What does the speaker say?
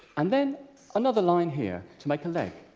and then another line here to make a leg.